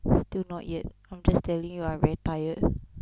still not yet I'm just telling you I very tired